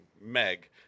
Meg